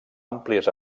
àmplies